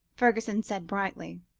fergusson said brightly.